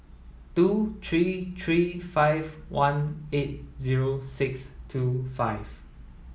two three three five one eight zero six two five